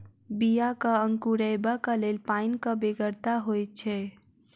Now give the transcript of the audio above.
बियाक अंकुरयबाक लेल पाइनक बेगरता होइत छै